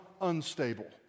unstable